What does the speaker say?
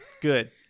Good